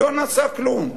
לא נעשה כלום.